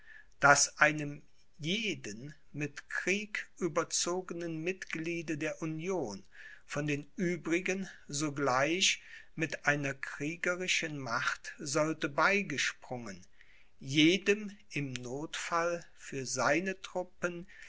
daß einem jeden mit krieg überzogenen mitgliede der union von den übrigen sogleich mit einer kriegerischen macht sollte beigesprungen jedem im nothfall für seine truppen